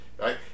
right